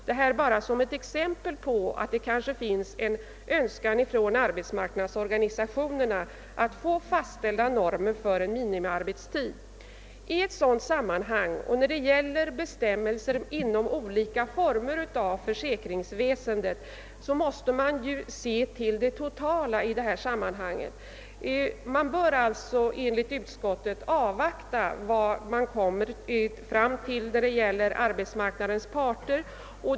Detta är bara ett exempel på att det finns en önskan från arbetsmarknadens organisationer att få fastställda normer för en minimiarbetstid. Med hänsyn till de bestämmelser som gäller inom olika former av försäkringsväsendet bör denna fråga prövas i ett större sammanhang. Enligt utskottets mening bör man avvakta det resultat som arbetsmarknadens parter kan komma fram till.